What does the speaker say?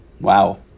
Wow